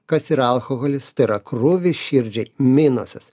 kas yra alkoholis tai yra krūvis širdžiai minusas